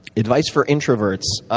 advice for introverts.